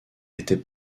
était